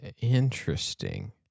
Interesting